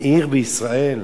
עיר בישראל,